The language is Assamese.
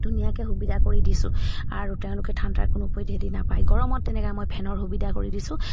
ধুনীয়াকৈ সুবিধা কৰি দিছোঁ আৰু তেওঁলোকে ঠাণ্ডাৰ কোনো নাপায় গৰমত তেনেকৈ মই ফেনৰ সুবিধা কৰি দিছোঁ